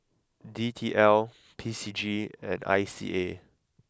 D T L P C G and I C A